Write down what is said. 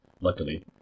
luckily